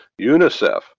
UNICEF